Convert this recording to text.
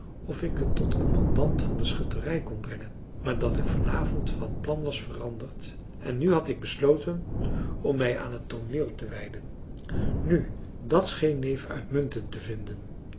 of ik het tot commandant van de schutterij kon brengen maar dat ik vanavond van plan was veranderd en nu had ik besloten om mij aan het tooneel te wijden nu dat scheen neef uitmuntend françois haverschmidt familie en kennissen te vinden